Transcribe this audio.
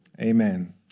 Amen